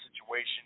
situation